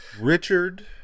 Richard